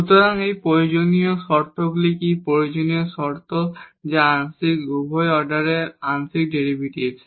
সুতরাং এই প্রয়োজনীয় শর্তগুলি কি যা আংশিক প্রথম অর্ডারের আংশিক ডেরিভেটিভস